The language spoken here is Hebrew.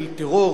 של טרור,